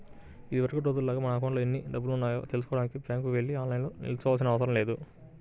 ఇదివరకటి రోజుల్లాగా మన అకౌంట్లో ఎన్ని డబ్బులున్నాయో తెల్సుకోడానికి బ్యాంకుకి వెళ్లి లైన్లో నిల్చోనవసరం లేదు